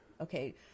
Okay